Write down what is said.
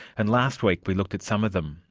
and last week we looked at some of them.